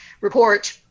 report